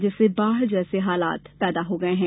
जिससे बाढ़ जैसे हालात पैदा हो गये हैं